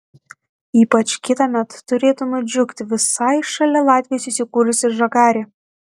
ypač kitąmet turėtų nudžiugti visai šalia latvijos įsikūrusi žagarė